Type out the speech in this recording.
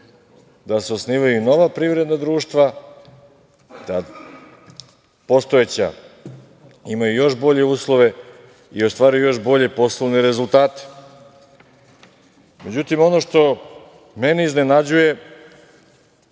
da se osnivaju nova privredna društva, da postojeća imaju još bolje uslove i ostvaruju još bolje poslovne rezultate.Međutim, ono što mene iznenađuje